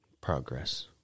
progress